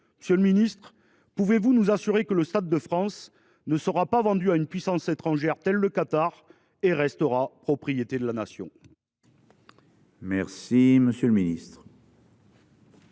Monsieur le ministre, pouvez vous nous assurer que le Stade de France ne sera pas vendu à une puissance étrangère, telle que le Qatar, et qu’il restera propriété de la Nation ? La parole est à M. le ministre.